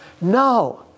No